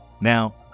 Now